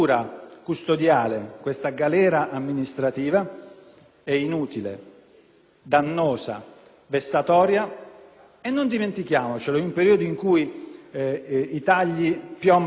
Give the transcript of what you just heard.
dannosa, vessatoria e - non dimentichiamocelo - in un periodo in cui i tagli piombano come mannaie da tutte le parti, anche negli ambiti più delicati